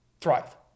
thrive